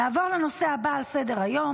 נעבור לנושא הבא על סדר-היום,